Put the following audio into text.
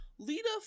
Lita